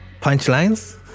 punchlines